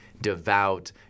devout